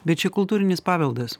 bet čia kultūrinis paveldas